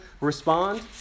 respond